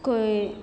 केओ